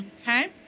Okay